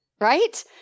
right